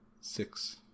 six